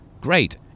great